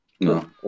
no